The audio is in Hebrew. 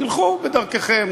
תלכו בדרככם,